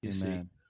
Amen